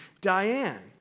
Diane